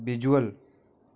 visual